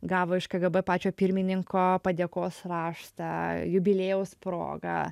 gavo iš kgb pačio pirmininko padėkos raštą jubiliejaus proga